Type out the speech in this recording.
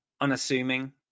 unassuming